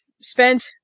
spent